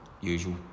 usual